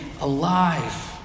alive